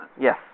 Yes